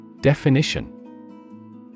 Definition